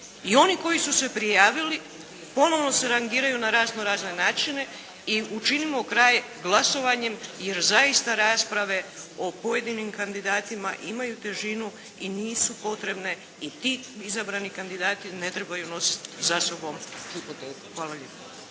I oni koji su se prijavili ponovno se rangiraju na razno razne način i učinimo kraj glasovanjem jer zaista rasprave o pojedinim kandidatima imaju težinu i nisu potrebne i ti izabrani kandidati ne trebaju nositi za sobom …